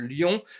Lyon